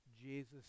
Jesus